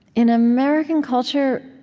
in american culture